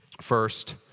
First